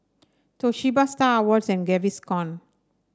Toshiba Star Awards and Gaviscon